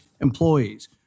employees